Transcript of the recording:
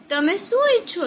તમે શુ ઈચ્છો છો